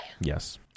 yes